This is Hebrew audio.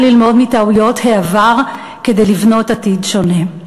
ללמוד מטעויות העבר כדי לבנות עתיד שונה.